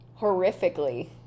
horrifically